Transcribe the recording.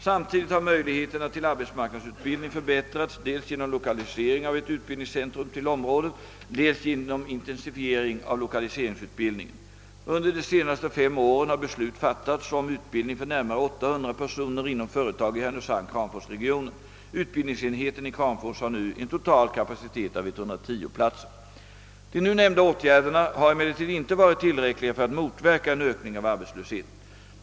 Samtidigt har möjligheterna till arbetsmarknadsutbildning «förbättrats dels genom lokalisering av ett utbildningscentrum till området, dels genom intensifiering av = lokaliseringsutbildningen. Under de senaste fem åren har beslut fattats om utbildning för närmare 800 personer inom företag i Härnösand-Kramfors-regionen. Utbildningsenheten i Kramfors har nu en total kapacitet av 110 platser. De nu nämnda åtgärderna har emellertid inte varit tillräckliga för att motverka en ökning av arbetslösheten.